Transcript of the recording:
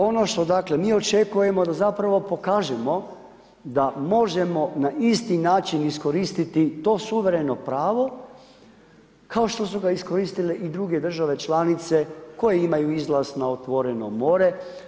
Ono što mi očekujemo da zapravo pokažemo da možemo na isti način iskoristiti to suvereno pravo kao što su ga iskoristile i druge države članice koje imaju izlaz na otvoreno more.